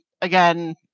again